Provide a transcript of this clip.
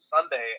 Sunday